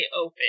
open